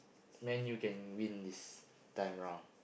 Man-U can win this time round